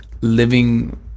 living